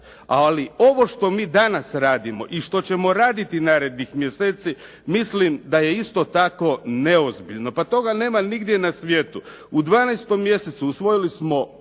Ali ovo što mi danas radimo i što ćemo raditi narednih mjeseci mislim da je isto tako neozbiljno. Pa toga nema nigdje na svijetu. U 12. mjesecu usvojili smo